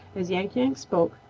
as yank-yank spoke,